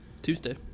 Tuesday